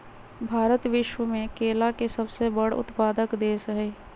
भारत विश्व में केला के सबसे बड़ उत्पादक देश हई